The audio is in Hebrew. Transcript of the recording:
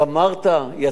יצאת מהזירה,